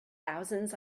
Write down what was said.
thousands